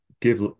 give